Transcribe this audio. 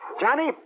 Johnny